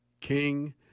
King